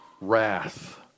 wrath